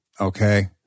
Okay